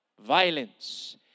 Violence